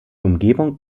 umgebung